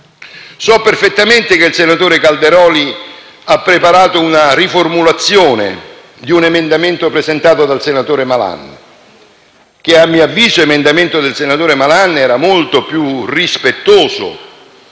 So perfettamente che il senatore Calderoli ha preparato una riformulazione di un emendamento presentato dal senatore Malan, che a mio avviso era molto più rispettoso